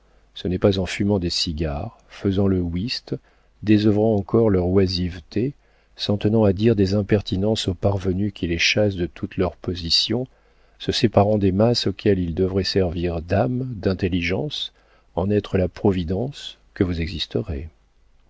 ce n'est pas en fumant des cigares faisant le whist désœuvrant encore leur oisiveté s'en tenant à dire des impertinences aux parvenus qui les chassent de toutes leurs positions se séparant des masses auxquelles ils devraient servir d'âme d'intelligence en être la providence que vous